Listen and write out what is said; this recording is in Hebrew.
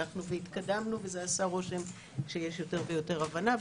והתקדמנו וזה עשה רושם שיש יותר ויותר הבנה.